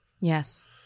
Yes